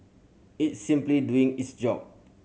it's simply doing its job